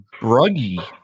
bruggy